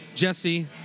jesse